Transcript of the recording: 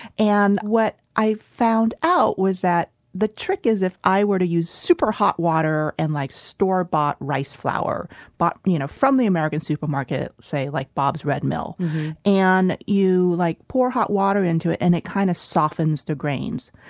and what i found out was that the trick is if i were to use super hot water and like store-bought rice flour bought you know from the american supermarket, say like bob's red mill when and you like pour hot water into it and it kind of softens the grains.